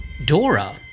dora